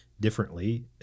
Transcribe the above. differently